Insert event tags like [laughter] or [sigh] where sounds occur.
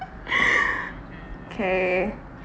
[noise] okay